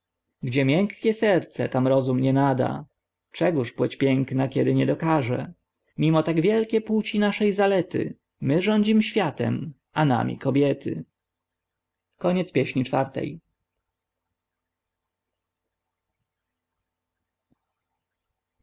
gdzie miękkie serce tam rozum nie nada czegóż płeć piękna kiedy nie dokaże mimo tak wielkie płci naszej zalety my rządzim światem a nami kobiety